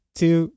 two